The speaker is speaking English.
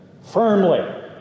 firmly